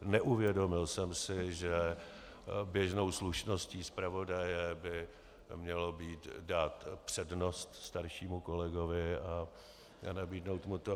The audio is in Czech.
Neuvědomil jsem si, že běžnou slušností zpravodaje by mělo být dát přednost staršímu kolegovi a nabídnout mu to.